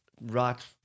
right